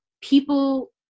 people –